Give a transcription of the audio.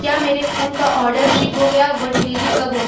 کیا میرے فون کا آڈر شپ ہو گیا وہ ڈیلیوری کب ہوگا